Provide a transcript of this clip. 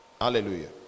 hallelujah